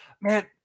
man